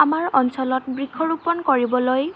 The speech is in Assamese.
আমাৰ অঞ্চলত বৃক্ষৰোপণ কৰিবলৈ